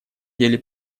деле